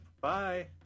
Bye